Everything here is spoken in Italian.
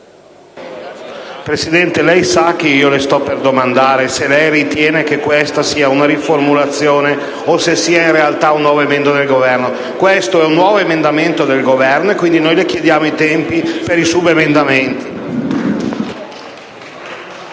Presidente, lei sa quello che io sto per domandarle: lei ritiene che questa sia una riformulazione o in realtaun nuovo emendamento del Governo? Questo e un nuovo emendamento del Governo, e quindi noi le chiediamo di avere a disposizione il